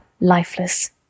lifeless